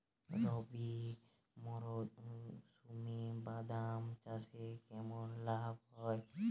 রবি মরশুমে বাদাম চাষে কেমন লাভ হয়?